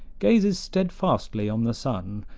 gazes steadfastly on the sun,